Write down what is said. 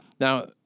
Now—